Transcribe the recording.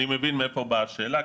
אני מבין מאיפה באה השאלה,